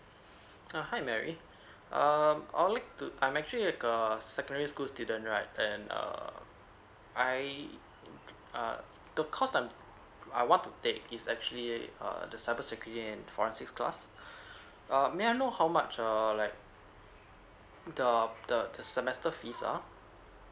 ah hi mary um I would like to I'm actually like a secondary school student right and err I uh the course I'm I want to take is actually err the cyber security and forensics class uh may I know how much err like the the semester fees are